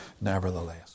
nevertheless